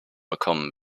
bekommen